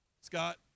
Scott